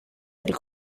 del